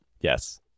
yes